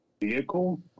vehicle